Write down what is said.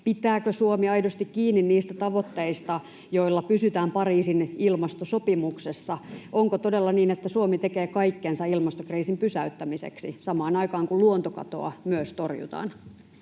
Pitääkö Suomi aidosti kiinni niistä tavoitteista, joilla pysytään Pariisin ilmastosopimuksessa? Onko todella niin, että Suomi tekee kaikkensa ilmastokriisin pysäyttämiseksi samaan aikaan, kun luontokatoa myös torjutaan?